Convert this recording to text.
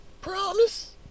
Promise